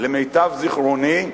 למיטב זיכרוני,